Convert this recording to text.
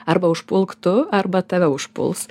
arba užpulk tu arba tave užpuls